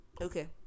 Okay